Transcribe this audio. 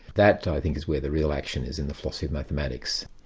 that i think is where the real action is in the philosophy of mathematics.